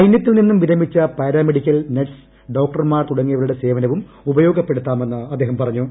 സൈന്യത്തിൽ നിന്നും വിരമിച്ച പാരാമെഡിക്കൽ നഴ്സ് ഡോക്ടർമാർ തുടങ്ങിയവരുടെ സേവനവും ഉപയോഗപ്പെടുത്താമെന്ന് അദ്ദേഹം പറഞ്ഞു